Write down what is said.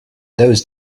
those